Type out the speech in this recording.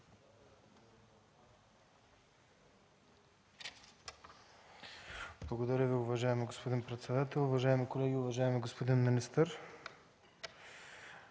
Благодаря Ви, уважаеми господин председател. Уважаеми колеги, уважаеми господин министър!